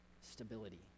stability